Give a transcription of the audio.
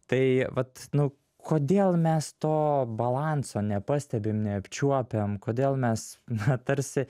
tai vat nu kodėl mes to balanso nepastebim neapčiuopiam kodėl mes na tarsi